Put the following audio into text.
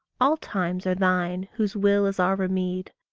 all times are thine whose will is our remede.